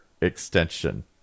extension